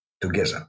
together